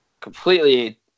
completely